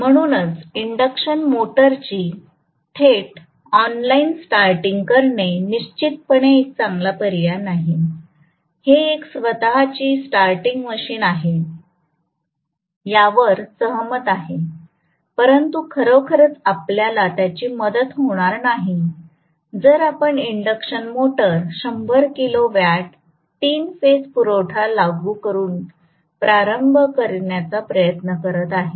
म्हणूनच इन्डक्शन मोटरची थेट ऑनलाइन स्टार्टिंग करणे निश्चितपणे एक चांगला पर्याय नाही हे एक स्वत ची स्टारटिंग मशीन आहे यावर सहमत आहे परंतु खरोखरच आपल्याला त्याची मदत होणार नाही जर आम्ही induction motor 100 kilowatt 3 phase पुरवठा लागू करून प्रारंभ करण्याचा प्रयत्न करीत आहे